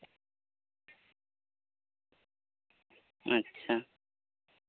ᱟᱪᱪᱷᱟ